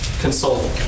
consult